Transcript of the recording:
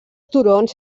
turons